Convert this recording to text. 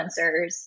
influencers